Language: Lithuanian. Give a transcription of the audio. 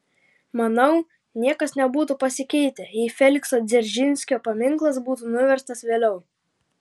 manau niekas nebūtų pasikeitę jei felikso dzeržinskio paminklas būtų nuverstas vėliau